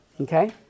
Okay